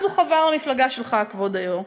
אז הוא חבר למפלגה שלך, כבוד היו"ר,